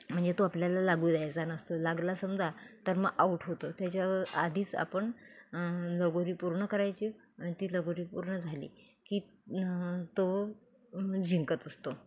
म्हणजे तो आपल्याला लागू द्यायचा नसतो लागला समजा तर मग आऊट होतो त्याच्या आधीच आपण लगोरी पूर्ण करायची आणि ती लगोरी पूर्ण झाली की तो जिंकत असतो